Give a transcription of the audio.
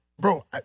bro